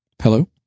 Hello